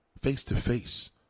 face-to-face